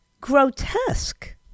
grotesque